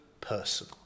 person